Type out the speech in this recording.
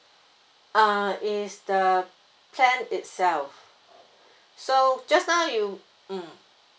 uh is the plan itself so just now you mm